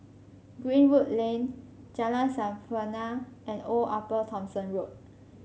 Greenwood Lane Jalan Sampurna and Old Upper Thomson Road